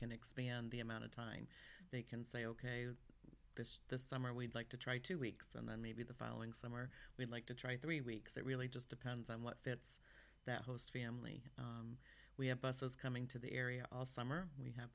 can expand the amount of time they can say ok this summer we'd like to try two weeks and then maybe the following summer we'd like to try three weeks it really just depends on what fits that host family and we have buses coming to the area all summer we have